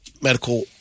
medical